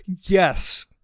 yes